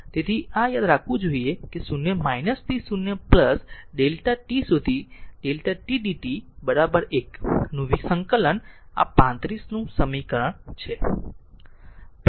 તેથી આ યાદ રાખવું જોઈએ કે 0 થી 0 Δ t સુધી Δ t dt 1 નું સંકલન આ 35 નું સમીકરણ છે